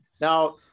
Now